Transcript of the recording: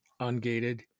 ungated